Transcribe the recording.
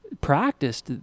practiced